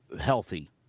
healthy